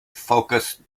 focused